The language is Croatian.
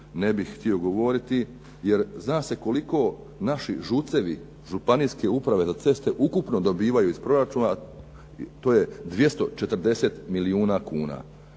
ne bih htio govoriti jer zna se koliko naši ŽUC-evi, Županijske uprave za ceste ukupno dobivaju iz proračuna to je 240 milijuna kuna.